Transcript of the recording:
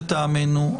לטעמנו,